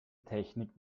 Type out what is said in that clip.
technik